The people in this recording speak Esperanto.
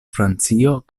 francio